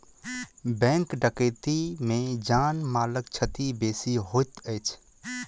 bank डकैती मे जान मालक क्षति बेसी होइत अछि